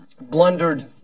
blundered